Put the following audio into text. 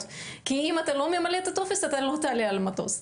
כי אם לא תמלאו את הטופס אתם לא תעלו על המטוס.